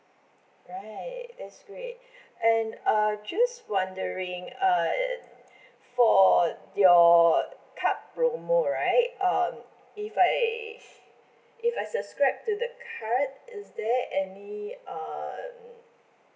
right that's great and uh just wondering uh for your card promo right um if I if I subscribe to the card is there any um